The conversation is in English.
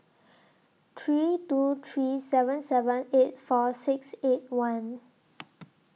three two three seven seven eight four six eight one